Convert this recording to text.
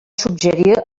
suggerir